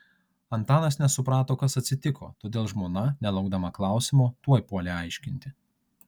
antanas nesuprato kas atsitiko todėl žmona nelaukdama klausimo tuoj puolė aiškinti